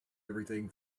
everything